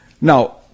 Now